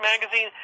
magazine